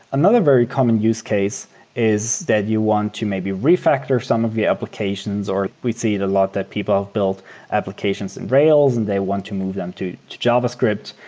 another very common use case is that you want to may be re-factor some of the applications or we see it a lot that people have built applications in rails and they want to move them to to javascript.